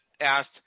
asked